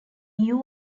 yue